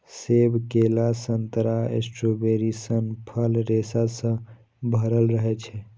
सेब, केला, संतरा, स्ट्रॉबेरी सन फल रेशा सं भरल रहै छै